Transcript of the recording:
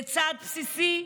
זה צעד בסיסי,